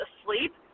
asleep